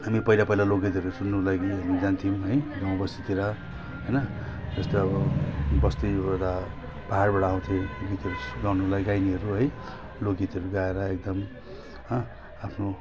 हामी पहिला पहिला लोक गीतहरू सुन्नु लागि हेर्नु जान्थ्यो है गाउँ बस्तीतिर होइन जस्तो अब बस्तीबाट पहाडबाट आउँथे गीतहरू सुनाउनुलाई गाइनेहरू है लोकगीतहरू गाएर एकदम आफ्नो